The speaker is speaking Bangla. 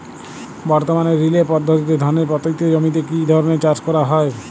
বর্তমানে রিলে পদ্ধতিতে ধানের পতিত জমিতে কী ধরনের চাষ করা হয়?